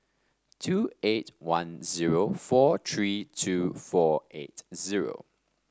two eight one zero four three two four eight zero